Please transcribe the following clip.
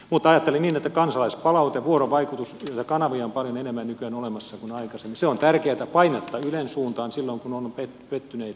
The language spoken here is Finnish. mutta ajattelen niin että kansalaispalaute vuorovaikutus ja näitä kanavia on paljon enemmän nykyään olemassa kuin aikaisemmin on tärkeätä painetta ylen suuntaan silloin kun ollaan pettyneitä